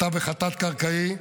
התווך התת-קרקעי,